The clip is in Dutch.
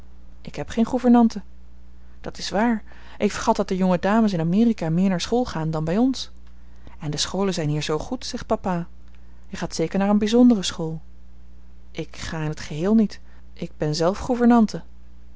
ik heb geen gouvernante dat is waar ik vergat dat de jonge dames in amerika meer naar school gaan dan bij ons en de scholen zijn hier zoo goed zegt papa jij gaat zeker naar een bijzondere school ik ga in het geheel niet ik ben zelf